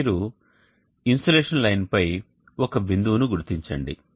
మీరు ఇన్సోలేషన్ లైన్పై ఒక బిందువును గుర్తించండి